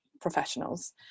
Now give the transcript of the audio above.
professionals